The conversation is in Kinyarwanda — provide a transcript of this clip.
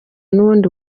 n’ubundi